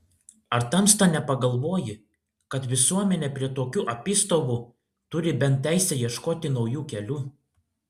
ar tamsta nepagalvoji kad visuomenė prie tokių apystovų turi bent teisę ieškoti naujų kelių